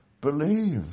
believe